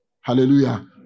Hallelujah